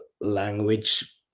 language